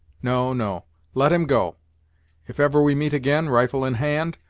no, no let him go if ever we meet ag'in, rifle in hand,